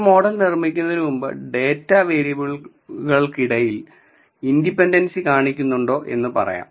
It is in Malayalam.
ഒരു മോഡൽ നിർമ്മിക്കുന്നതിനുമുമ്പ് ഡാറ്റ വേരിയബിളുകൾക്കിടയിൽ ഇന്റേർഡിപെൻഡൻസി കാണിക്കുന്നുണ്ടോ എന്ന് പറയാം